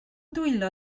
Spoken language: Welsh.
dwylo